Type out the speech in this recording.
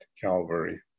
Calvary